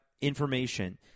information